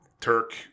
Turk